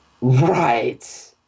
Right